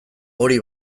hori